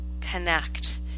connect